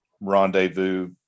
rendezvous